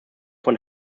von